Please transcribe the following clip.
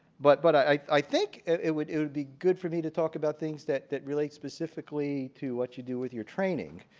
but but i think it would it would be good for me to talk about things that that relate specifically to what you do in your training.